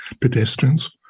pedestrians